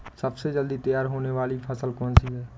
सबसे जल्दी तैयार होने वाली फसल कौन सी है?